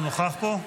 הוא נוכח פה?